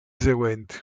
seguenti